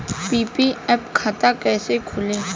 PPF खाता कैसे खुली?